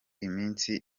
iminsi